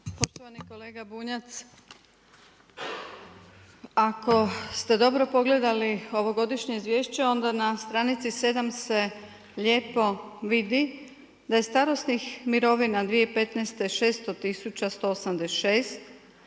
Poštivani kolega Bunjac, ako ste dobro pogledali ovogodišnje izvješće, onda na stranici 7 se lijepo vidi da je starosnih mirovina 2015. 600